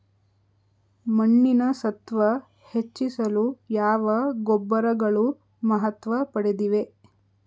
ಮಣ್ಣಿನ ಸತ್ವ ಹೆಚ್ಚಿಸಲು ಯಾವ ಗೊಬ್ಬರಗಳು ಮಹತ್ವ ಪಡೆದಿವೆ?